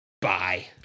bye